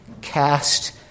cast